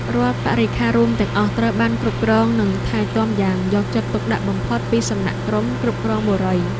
រាល់បរិក្ខាររួមទាំងអស់ត្រូវបានគ្រប់គ្រងនិងថែទាំយ៉ាងយកចិត្តទុកដាក់បំផុតពីសំណាក់ក្រុមគ្រប់គ្រងបុរី។